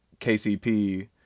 KCP